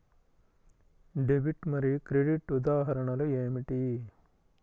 Debit మరియు credit ఉదాహరణలు ఏమిటీ?